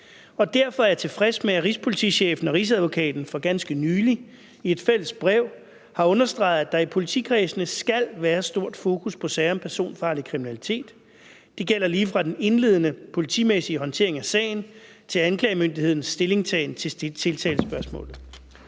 derfor er jeg tilfreds med, at rigspolitichefen og Rigsadvokaten for ganske nylig i et fælles brev har understreget, at der i politikredsene skal være et stort fokus på sager om personfarlig kriminalitet. Det gælder lige fra den indledende politimæssige håndtering af sagen til anklagemyndighedens stillingtagen til tiltalespørgsmålet.